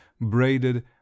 braided